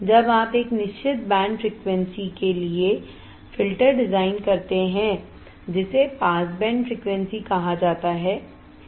जब आप एक निश्चित बैंड फ़्रीक्वेंसी के लिए फ़िल्टर डिज़ाइन करते हैं जिसे पास बैंड फ़्रीक्वेंसी कहा जाता है